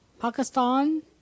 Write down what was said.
Pakistan